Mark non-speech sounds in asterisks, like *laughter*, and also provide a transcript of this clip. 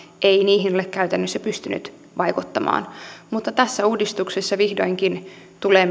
ei niihin ole käytännössä pystynyt vaikuttamaan mutta tässä uudistuksessa vihdoinkin tulee *unintelligible*